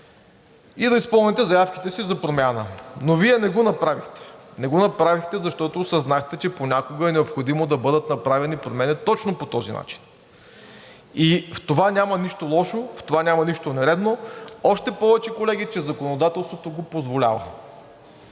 и да изпълните заявките си за промяна. Но Вие не го направихте. Не го направихте, защото осъзнахте, че понякога е необходимо да бъдат направени промени точно по този начин. И в това няма нищо лошо, в това няма нищо нередно, още повече, колеги, че законодателството го позволява.